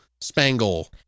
spangle